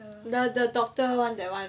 the the doctor one that one